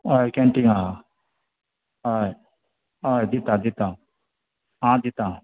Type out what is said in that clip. हय कँटींग आसा हय हय दिता दिता आं दिता